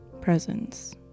Presence